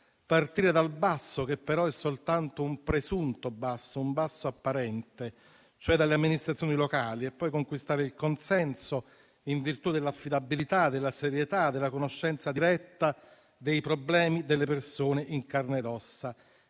partire dal basso, che però è soltanto un presunto basso, un basso apparente, cioè dalle amministrazioni locali, e poi conquistare il consenso in virtù dell'affidabilità, della serietà e della conoscenza diretta dei problemi delle persone in carne e ossa